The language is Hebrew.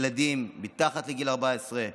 ילדים מתחת לגיל 14,